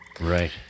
right